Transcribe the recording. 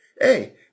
hey